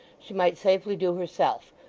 she might safely do herself,